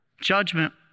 Judgment